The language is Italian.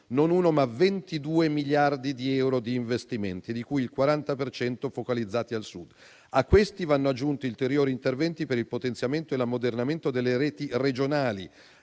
non uno, ma 22 miliardi di euro di investimenti, di cui il 40 per cento focalizzato al Sud. A questi vanno aggiunti ulteriori interventi per il potenziamento e l'ammodernamento delle reti regionali